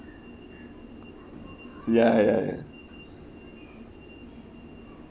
ya ya ya